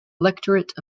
electorate